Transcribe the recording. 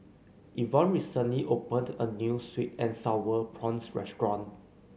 Evonne recently opened a new sweet and sour prawns restaurant